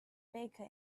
baker